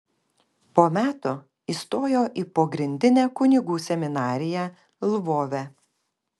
po metų įstojo į pogrindinę kunigų seminariją lvove